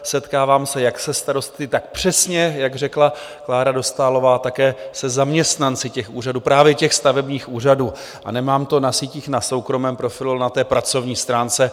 Setkávám se jak se starosty, tak přesně, jak řekla Klára Dostálová, také se zaměstnanci těch úřadů, právě těch stavebních úřadů, a nemám to na sítích na soukromém profilu, ale na pracovní stránce.